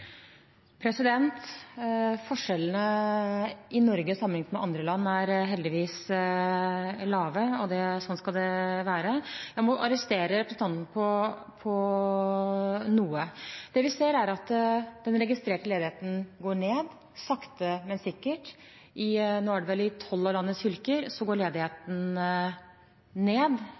Forskjellene i Norge er – sammenlignet med andre land – heldigvis små, og slik skal det være. Jeg må arrestere representanten på noe: Det vi ser, er at den registrerte ledigheten går ned, sakte men sikkert. I tolv av landets fylker går ledigheten ned,